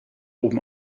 oben